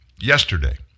Yesterday